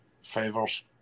favors